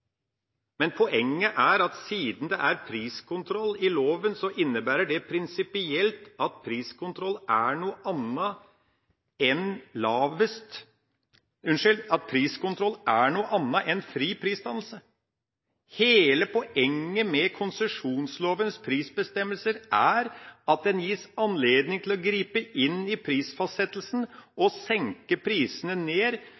Poenget er at siden det er priskontroll i loven, innebærer det prinsipielt at priskontroll er noe annet enn fri prisdannelse. Hele poenget med konsesjonslovens prisbestemmelser er at en gis anledning til å gripe inn i prisfastsettelsen